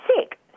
sick